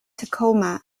tacoma